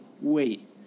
wait